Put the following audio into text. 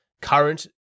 current